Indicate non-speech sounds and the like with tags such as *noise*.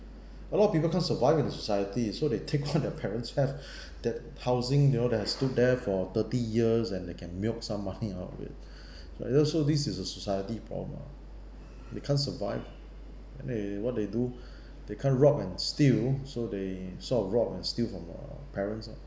a lot of people can't survive in the society so they take all *noise* their parents have *breath* that housing you know there is stood there for thirty years and they can milk some money *noise* out of it *breath* like those so this is a society problem ah they can't survive then they what they do *breath* they can't rob and steal so they sort of rob and steal from their parent lor